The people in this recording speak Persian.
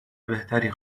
بهتری